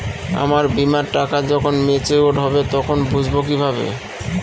আমার বীমার টাকা যখন মেচিওড হবে তখন বুঝবো কিভাবে?